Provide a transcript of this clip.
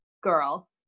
girl